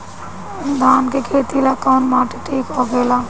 धान के खेती ला कौन माटी ठीक होखेला?